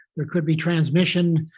there could be transmission,